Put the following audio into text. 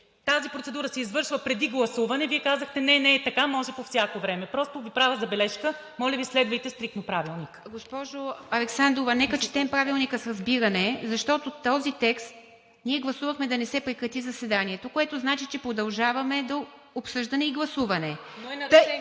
тази процедура се извършва преди гласуване, Вие казахте: „Не, не е така, може по всяко време.“ Просто Ви правя забележка: моля Ви, следвайте стриктно Правилника. ПРЕДСЕДАТЕЛ ИВА МИТЕВА: Госпожо Александрова, нека четем Правилника с разбиране, защото с този текст ние гласувахме да не се прекрати заседанието. Това значи, че продължаваме до обсъждане и гласуване.